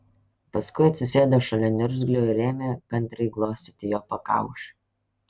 paskui atsisėdo šalia niurzglio ir ėmė kantriai glostyti jo pakaušį